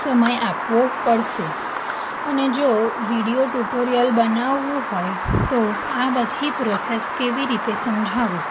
સમય આપવો પડશે અને જો વિડીયો ટ્યુટોરિયલ બનાવવું હોય તો આ બધી પ્રોસેસ કેવી રીતે સમજાવવી